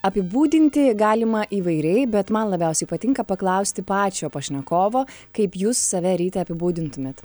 apibūdinti galima įvairiai bet man labiausiai patinka paklausti pačio pašnekovo kaip jūs save ryti apibūdintumėt